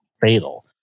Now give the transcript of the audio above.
fatal